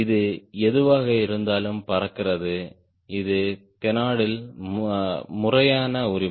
இது எதுவாக இருந்தாலும் பறக்கிறது இது கேனார்ட்ல் முறையான உரிமை